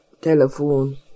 telephone